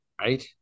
right